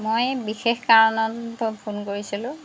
মই বিশেষ কাৰণত ফোন কৰিছিলোঁ